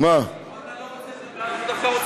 אנחנו דווקא רוצים לשמוע.